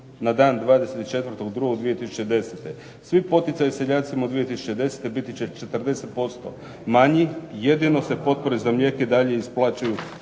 na dan 24. 2. 2010. "Svi poticaji seljacima u 2010. biti će 40% manji jedino se potpore za mlijeko i dalje isplaćuju